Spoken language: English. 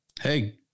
Hey